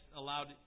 allowed